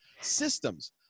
Systems